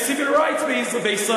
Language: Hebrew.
אין civil rights בישראל.